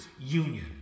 union